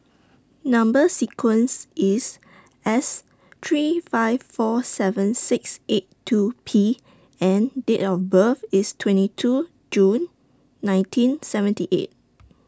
Number sequence IS S three five four seven six eight two P and Date of birth IS twenty two June nineteen seventy eight